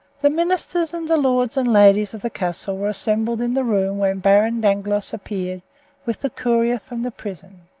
the ministers and the lords and ladies of the castle were assembled in the room when baron dangloss appeared with the courier from the prison.